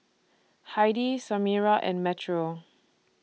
Heidy Samira and Metro